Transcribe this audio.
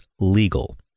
legal